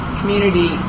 community